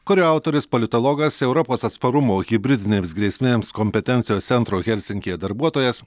kurio autorius politologas europos atsparumo hibridinėms grėsmėms kompetencijos centro helsinkyje darbuotojas